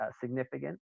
significant